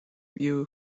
view